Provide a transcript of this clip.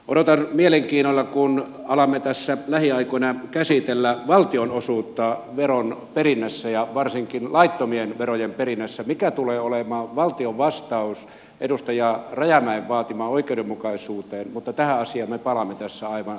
odotan mielenkiinnolla kun alamme tässä lähiaikoina käsitellä valtion osuutta veron perinnässä ja varsinkin laittomien verojen perinnässä mikä tulee olemaan valtion vastaus edustaja rajamäen vaatimaan oikeudenmukaisuuteen mutta tähän sillä parlamenteissa on